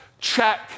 Check